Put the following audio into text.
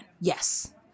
Yes